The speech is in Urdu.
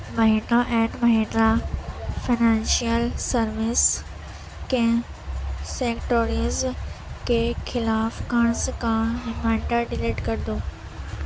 Mahindra and Mahindra financial service کے سیکٹوریز کے خلاف قرض کا ریمائینڈر ڈیلیٹ کر دو